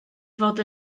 fod